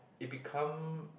it become